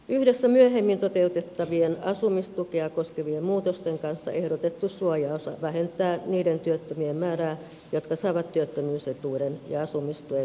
yhdessä myöhemmin toteutettavien asumistukea koskevien muutosten kanssa ehdotettu suojaosa vähentää niiden työttömien määrää jotka saavat työttömyysetuuden ja asumistuen lisäksi toimeentulotukea